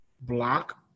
block